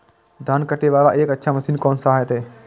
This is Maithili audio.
धान कटे वाला एक अच्छा मशीन कोन है ते?